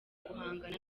guhangana